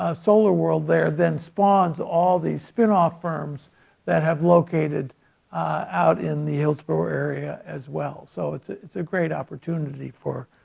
ah solar world there, then spawns all these spin-off firms that have located out in the hillsboro area as well so it's it's a great opportunity for